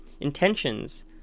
Intentions